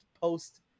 post